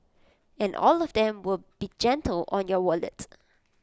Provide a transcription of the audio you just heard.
and all of them will be gentle on your wallet